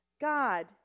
God